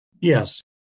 Yes